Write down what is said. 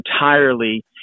entirely